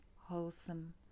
wholesome